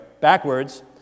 backwards